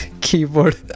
keyboard